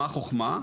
מה החוכמה?